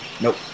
Nope